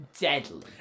deadly